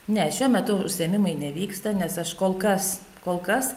ne šiuo metu užsiėmimai nevyksta nes aš kol kas kol kas